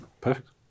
Perfect